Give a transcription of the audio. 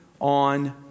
on